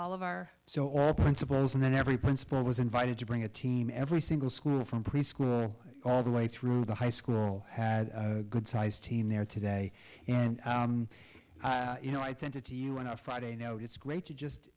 all of our so or principals and then every principal was invited to bring a team every single school from preschool all the way through the high school had a good sized team there today and you know i tended to you on our friday no it's great to just